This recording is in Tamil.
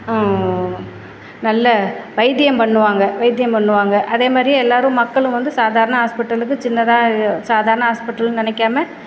நல்ல வைத்தியம் பண்ணுவாங்க வைத்தியம் பண்ணுவாங்க அதேமாதிரியே எல்லோரும் மக்களும் வந்து சாதாரண ஹாஸ்பிட்டலுக்கு சின்னதாக சாதாரண ஹாஸ்பிட்டலுன்னு நினைக்காம